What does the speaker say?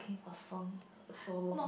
so long